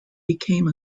became